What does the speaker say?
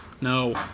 No